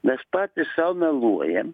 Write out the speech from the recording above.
mes patys sau meluojam